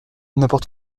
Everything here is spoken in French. n’importe